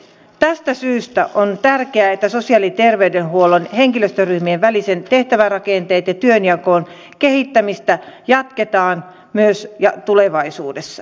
tästä syystä on tärkeää että sosiaali ja terveydenhuollon henkilöstöryhmien välisen tehtävärakenteen ja työnjaon kehittämistä jatketaan myös tulevaisuudessa